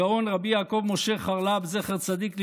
הגאון רבי יעקב משה חרל"פ, זכר צדיק לברכה.